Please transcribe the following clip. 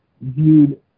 viewed